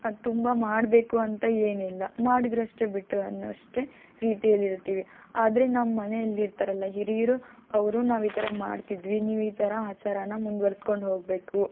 ಅದು ತುಂಬ ಮಾಡಬೇಕು ಅಂತ ಏನಿಲ್ಲ ಮಾಡಿದರು ಅಷ್ಟೇ ಬಿಟ್ರು ಅಷ್ಟೇ ರೀತಿಯಲ್ಲಿ ಇರ್ತೀವಿ ಆದರೆ ನಮ್ಮ ಮನೆಯಲ್ಲಿ ಇರ್ತಾರಲ್ಲ ಹಿರಿಯರು ಅವರು ನಾವು ಈ ಥರ ಮಾಡ್ತಿದ್ವಿ ನೀವು ಈ ಥರ ಆಚಾರನ ಮುಂದುವರ್ಸ್ಕೊಂಡು ಹೋಗಬೇಕು